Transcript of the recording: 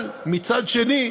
אבל מצד אחר,